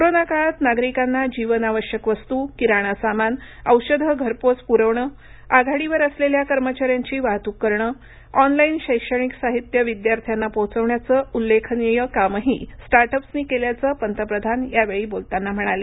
corona काळात नागरिकांना जीवनावश्यक वस्तू किराणा सामान औषधं घरपोच पुरवणं आघाडीवर असलेल्या कर्मचाऱ्यांची वाहतूक करणं ऑनलाईन शैक्षणिक साहित्य विद्यार्थ्यांना पोहोचवण्याचं उल्लेखनीय कामही स्टार्टअप्सनी केल्याचं पंतप्रधान यावेळी बोलताना म्हणाले